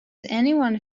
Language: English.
anyone